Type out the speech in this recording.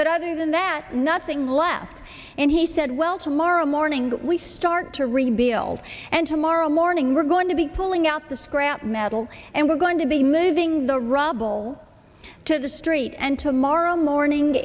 but other than that nothing left and he said well tomorrow morning we start to rebuild and tomorrow morning we're going to be pulling out the scrap metal and we're going to be moving the rubble to the street and tomorrow morning